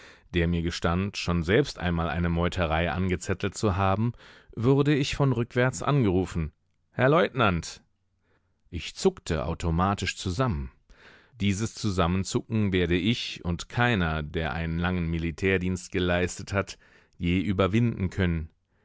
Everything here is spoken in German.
der mir gestand schon selbst einmal eine meuterei angezettelt zu haben wurde ich von rückwärts angerufen herr leutnant ich zuckte automatisch zusammen dieses zusammenzucken werde ich und keiner der einen langen militärdienst geleistet hat je überwinden können